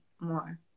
more